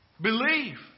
Believe